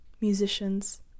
musicians